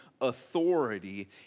authority